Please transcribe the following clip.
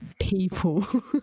people